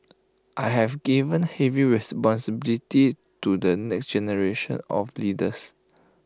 I have given heavy responsibilities to the next generation of leaders